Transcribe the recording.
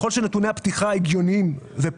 יש